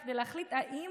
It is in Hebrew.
המצב האבסורדי שהיה עד